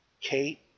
Kate